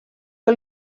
que